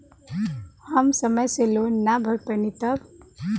हम समय से लोन ना भर पईनी तब?